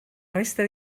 resta